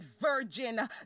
virgin